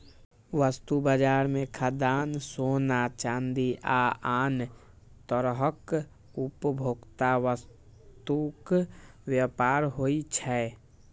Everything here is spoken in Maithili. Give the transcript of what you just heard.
वस्तु बाजार मे खाद्यान्न, सोना, चांदी आ आन तरहक उपभोक्ता वस्तुक व्यापार होइ छै